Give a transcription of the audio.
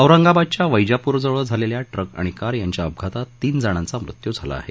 औरंगाबादच्या वैजापूरजवळ झालेल्या ट्रक आणि कार यांच्या अपघातात तीन जणांचा मृत्यू झाला आहे